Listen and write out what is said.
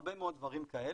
הרבה מאוד דברים כאלה,